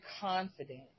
confident